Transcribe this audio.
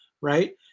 right